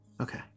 Okay